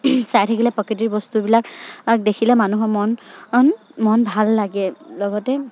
চাই থাকিলে প্ৰকৃতিৰ বস্তুবিলাক দেখিলে মানুহৰ মন মন ভাল লাগে লগতে